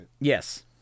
Yes